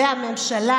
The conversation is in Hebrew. והממשלה,